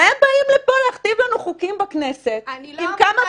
והם באים לפה להכתיב לנו חוקים בכנסת עם כמה